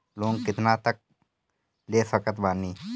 Loan कितना तक ले सकत बानी?